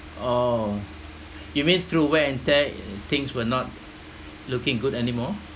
orh you mean through wear and tear things were not looking good anymore